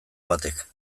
batek